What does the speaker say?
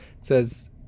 says